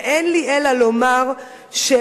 ואין לי אלא לומר שאתם